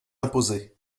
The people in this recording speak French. imposer